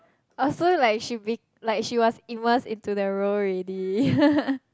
oh so like she be~ like she was immersed into the role already